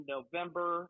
November